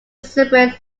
separate